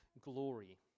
glory